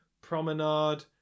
promenade